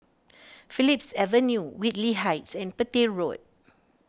Phillips Avenue Whitley Heights and Petir Road